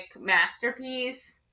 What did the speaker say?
masterpiece